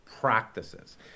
practices